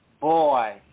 boy